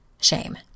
Shame